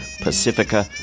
Pacifica